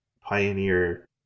Pioneer